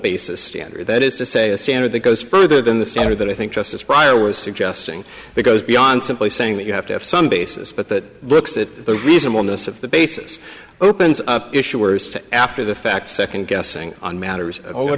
basis standard that is to say a standard that goes further than the standard that i think justice pryor was suggesting it goes beyond simply saying that you have to have some basis but that looks it reasonable to us if the basis opens up issuers to after the fact second guessing on matters what